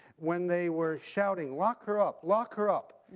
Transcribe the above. when they were shouting lock her up, lock her up